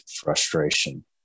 frustration